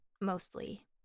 mostly